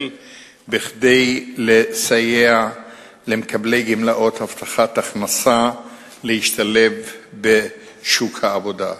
כדי לסייע למקבלי גמלאות הבטחת הכנסה להשתלב בשוק העבודה,